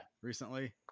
recently